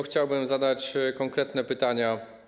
Chciałbym zadać konkretne pytania.